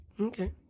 Okay